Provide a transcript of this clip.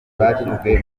bashyizwe